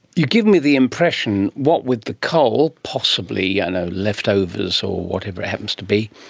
you give me the impression, what with the coal, possibly you know leftovers or whatever it happens to be,